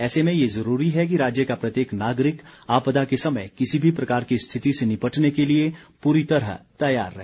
ऐसे में ये ज़रूरी है कि राज्य का प्रत्येक नागरिक आपदा के समय किसी भी प्रकार की स्थिति से निपटने के लिए पूरी तरह तैयार रहे